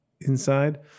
inside